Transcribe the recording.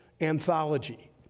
anthology